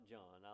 John